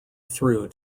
through